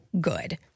good